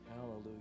Hallelujah